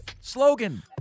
slogan